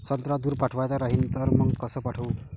संत्रा दूर पाठवायचा राहिन तर मंग कस पाठवू?